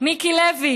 מיקי לוי